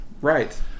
right